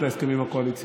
להם מותר.